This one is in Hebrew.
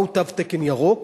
מהו תו תקן ירוק?